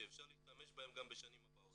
שיהיה אפשר להשתמש בהם גם בשנים הבאות.